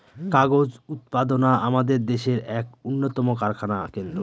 কাগজ উৎপাদনা আমাদের দেশের এক উন্নতম কারখানা কেন্দ্র